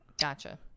Gotcha